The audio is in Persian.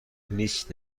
لیست